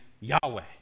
Yahweh